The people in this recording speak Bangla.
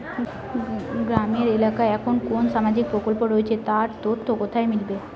গ্রামের এলাকায় কখন কোন সামাজিক প্রকল্প রয়েছে তার তথ্য কোথায় মিলবে?